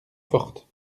fortes